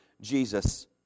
Jesus